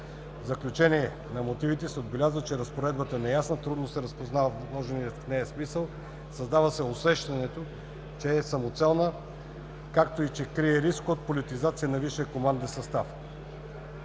В заключение на мотивите се отбелязва, че разпоредбата е неясна, трудно се разпознава вложеният в нея смисъл, създава усещането, че е самоцелна, както и че крие риск от политизация на висшия команден състав.